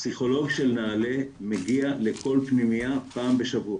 הפסיכולוג של נעל"ה מגיע לכל פנימייה פעם בשבוע,